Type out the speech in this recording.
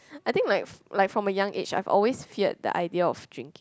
I think like like from a young age I've always feared the idea of drink